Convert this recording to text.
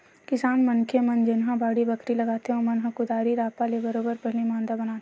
किसान मनखे मन जेनहा बाड़ी बखरी लगाथे ओमन ह कुदारी रापा ले बरोबर पहिली मांदा बनाथे